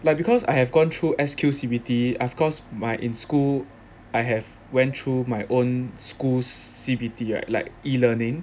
like because I have gone through S_Q C_B_T of course my in school I have went through my own school's C_B_T right like e-learning